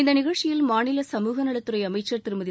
இந்தநிகழ்ச்சியில் மாநில சமூகநலத்துறைஅமைச்சர் திருமதி